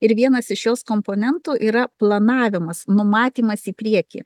ir vienas iš jos komponentų yra planavimas numatymas į priekį